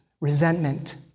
resentment